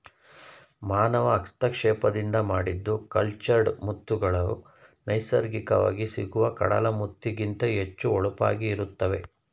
ಮಾನವ ಹಸ್ತಕ್ಷೇಪದಿಂದ ಮಾಡಿದ ಕಲ್ಚರ್ಡ್ ಮುತ್ತುಗಳು ನೈಸರ್ಗಿಕವಾಗಿ ಸಿಗುವ ಕಡಲ ಮುತ್ತಿಗಿಂತ ಹೆಚ್ಚು ಹೊಳಪಾಗಿ ಇರುತ್ತವೆ